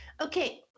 Okay